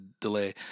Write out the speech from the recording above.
delay